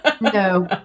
No